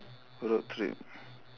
road trip